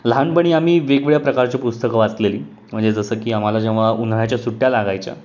लहानपणी आम्ही वेगवेगळ्या प्रकारची पुस्तकं वाचलेली म्हणजे जसं की आम्हाला जेव्हा उन्हाळ्याच्या सुट्ट्या लागायच्या